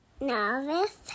Nervous